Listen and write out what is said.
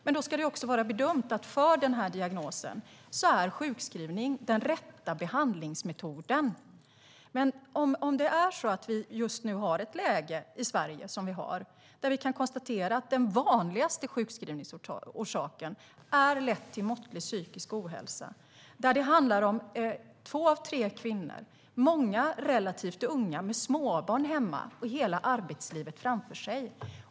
Men då ska sjukskrivning också bedömas vara den rätta behandlingsmetoden för den diagnosen. Just nu har vi ett läge i Sverige där vi kan konstatera att den vanligaste sjukskrivningsorsaken är lätt till måttlig psykisk ohälsa. Två av tre drabbade är kvinnor. Många är relativt unga och har småbarn hemma och hela arbetslivet framför sig.